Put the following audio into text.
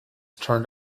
turned